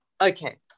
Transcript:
Okay